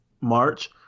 March